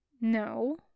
No